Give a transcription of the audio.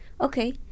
Okay